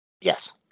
Yes